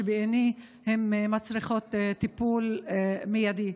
שבעיניי הן מצריכות טיפול מיידי.